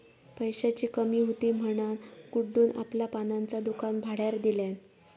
पैशाची कमी हुती म्हणान गुड्डून आपला पानांचा दुकान भाड्यार दिल्यान